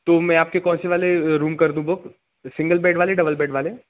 तो मैं आपके कौन से वाले रूम कर दूँ बुक सिंगल बेड वाले डबल बेड वाले